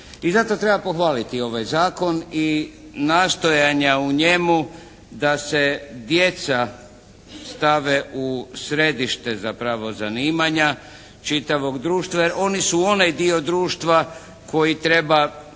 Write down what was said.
i zato treba pohvaliti ovaj zakon i nastojanja u njemu da se djeca stave u središte zapravo zanimanja čitavog društva jer oni su onaj dio društva koji treba